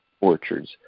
orchards